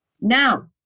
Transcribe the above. Now